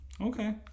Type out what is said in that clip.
Okay